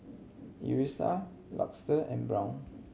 Elyssa Luster and Brown